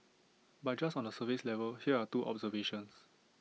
but just on the surface level here are two observations